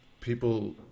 people